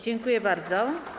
Dziękuję bardzo.